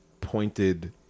pointed